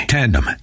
Tandem